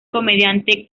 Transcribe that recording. comediante